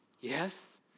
Yes